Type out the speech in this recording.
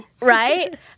Right